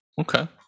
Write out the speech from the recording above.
okay